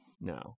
No